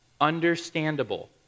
understandable